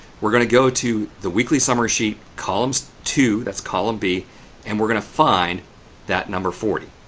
we're going to go to the weekly summary sheet column's two, that's column b and we're going to find that number forty.